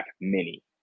Mini